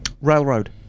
railroad